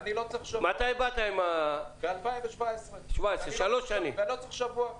מתי באת --- ב-2017, ואני לא צריך שבוע.